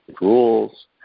rules